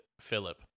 Philip